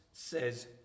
Says